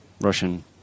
Russian